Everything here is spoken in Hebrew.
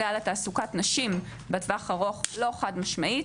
לתעסוקת נשים בטווח הארוך היא לא חד משמעית.